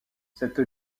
cette